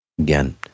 Again